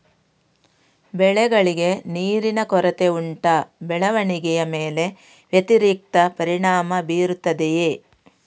ಬೆಳೆಗಳಿಗೆ ನೀರಿನ ಕೊರತೆ ಉಂಟಾ ಬೆಳವಣಿಗೆಯ ಮೇಲೆ ವ್ಯತಿರಿಕ್ತ ಪರಿಣಾಮಬೀರುತ್ತದೆಯೇ?